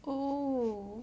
oh